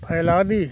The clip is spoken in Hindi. फैला दी